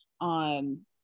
on